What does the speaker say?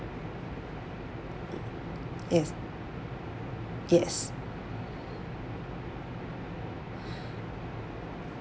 yes yes